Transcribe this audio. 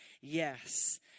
yes